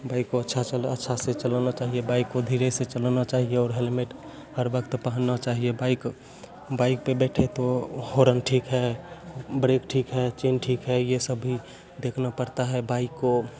bike को अच्छा अच्छा से चलाना चाहिए बाइक को धीरे से चलाना चाहिए और हेलमेट हर वक्त पहनना चाहिए बाइक बाइक पे बैठे तो होरन ठीक है बरेक ठीक है चेन ठीक है ये सब भी देखना पड़ता है बाइक को